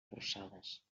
forçades